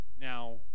now